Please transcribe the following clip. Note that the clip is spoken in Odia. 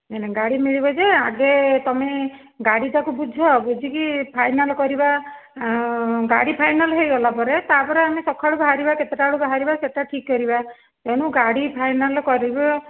ନାଇଁ ନାଇଁ ଗାଡ଼ି ମିଳିବ ଯେ ଆଗେ ତୁମେ ଗାଡ଼ିଟାକୁ ବୁଝ ବୁଝିକି ଫାଇନାଲ୍ କରିବା ଗାଡ଼ି ଫାଇନାଲ୍ ହୋଇଗଲା ପରେ ତାପରେ ଆମେ ସଖାଳୁ ବାହାରିବା କେତେଟାବେଳୁ ବାହାରିବା କେତେଟା ଠିକ୍ କରିବା ତେଣୁ ଗାଡ଼ି ଫାଇନାଲ୍ କରିବା